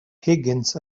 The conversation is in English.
higgins